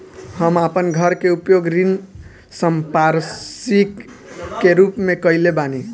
हम आपन घर के उपयोग ऋण संपार्श्विक के रूप में कइले बानी